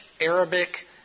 Arabic